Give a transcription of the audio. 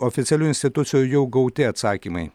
oficialių institucijų jau gauti atsakymai